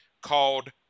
called